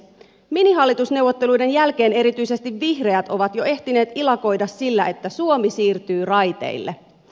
minihallitusneuvotteluiden jälkeen erityisesti vihreät ovat jo ehtineet ilakoida sillä että suomi siirtyy raiteille